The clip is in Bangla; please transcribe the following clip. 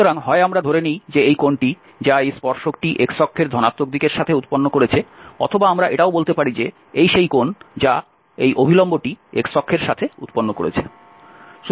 সুতরাং হয় আমরা ধরে নিই যে এই কোণটি যা এই স্পর্শকটি x অক্ষের ধনাত্মক দিকের সাথে উৎপন্ন করেছে অথবা আমরা এটাও বলতে পারি যে এই সেই কোণ যা এই অভিলম্বটি x অক্ষের সাথে উৎপন্ন করেছে